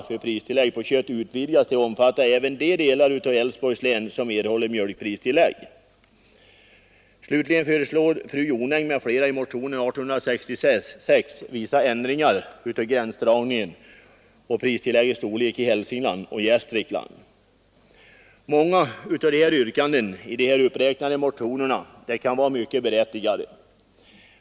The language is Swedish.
Många av yrkandena i de här uppräknade motionerna kan vara mycket berättigade.